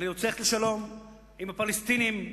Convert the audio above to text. אני רוצה ללכת לשלום עם הפלסטינים,